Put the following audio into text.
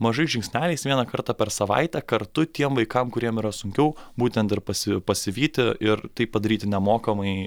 mažais žingsneliais vieną kartą per savaitę kartu tiem vaikam kuriem yra sunkiau būtent ir pasi pasivyti ir tai padaryti nemokamai